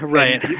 right